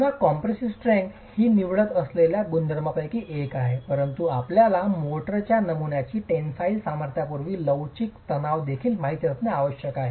पुन्हा compressive strength ही आपण निवडत असलेल्या गुणधर्मांपैकी एक आहे परंतु आपल्याला मोर्टारच्या नमुन्याची टेन्सिल सामर्थ्यपूर्ण लवचिक तणाव देखील माहित असणे आवश्यक आहे